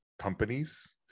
companies